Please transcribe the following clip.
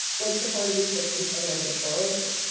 which supported the existence of a negative correlation.